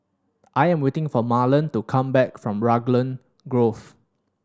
I am waiting for Marlen to come back from Raglan Grove